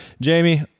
Jamie